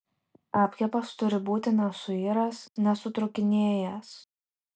apkepas turi būti nesuiręs nesutrūkinėjęs